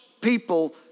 people